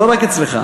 לא רק אצלך.